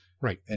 Right